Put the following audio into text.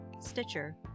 Stitcher